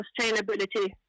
sustainability